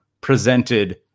presented